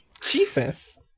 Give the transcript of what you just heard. Jesus